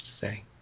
say